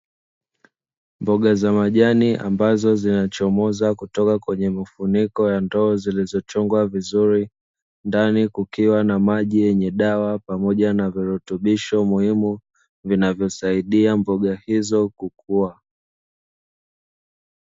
Mboga za majani ambazo zinachomoza kutoka kwenye mifuniko zilizochongwa vizuri, ndani kukiwa na maji yenye dawa pamoja na virutubisho muhimu vinavyosaidia mboga hizo kukua.